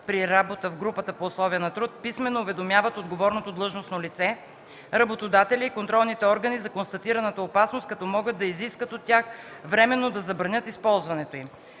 при работа в групата по условия на труд писмено уведомяват отговорното длъжностно лице, работодателя и контролните органи за констатираната опасност, като могат да изискат от тях временно да забранят използването им.”